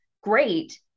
great